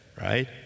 right